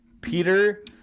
Peter